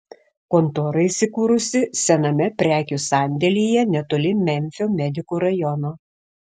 kontora įsikūrusi sename prekių sandėlyje netoli memfio medikų rajono